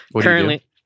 currently